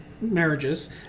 marriages